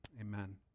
Amen